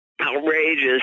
outrageous